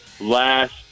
last